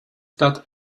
that